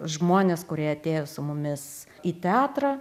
žmonės kurie atėjo su mumis į teatrą